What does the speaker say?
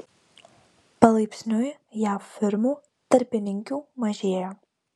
palaipsniui jav firmų tarpininkių mažėjo